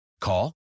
Call